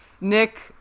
Nick